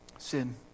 sin